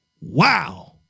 Wow